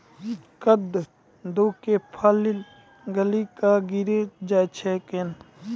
कददु के फल गली कऽ गिरी जाय छै कैने?